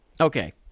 Okay